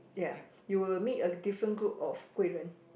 ya you will meet a different group of 贵人